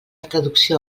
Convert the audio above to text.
traducció